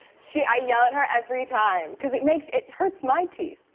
she i yell at her every time cause it makes it hurts my teeth.